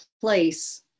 place